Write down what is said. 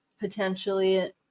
potentially